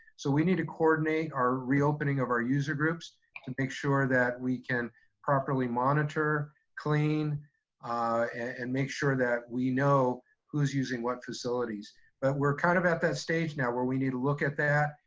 so we need to coordinate our reopening of our user groups to make sure that we can properly monitor, clean and make sure that we know who's using what facilities but we're kind of at that stage now where we need to look at that,